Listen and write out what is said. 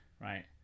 right